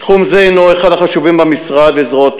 תחום זה הוא אחד החשובים במשרד וזרועותיו,